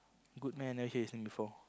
good meh never hear his name before